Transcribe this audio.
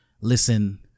listen